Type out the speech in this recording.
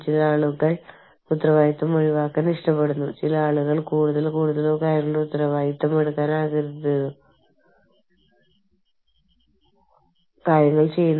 ആഗോളവൽക്കരണവും സ്വതന്ത്ര വ്യാപാരവും പല രാജ്യങ്ങളും അവരുടെ നിയമ ചട്ടക്കൂടുകളിൽ മാറ്റം വരുത്തുന്നത്തിലേക്ക് നയിക്കുന്നു ഇത് അന്താരാഷ്ട്ര എച്ച്ആർ രീതികളെയും പ്രാദേശിക രാജ്യ മാനേജ്മെന്റിനെയും ബാധിക്കുന്നു